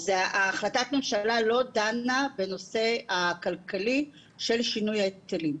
החלטת ממשלה לא דנה בנושא הכלכלי של שינוי ההיטלים.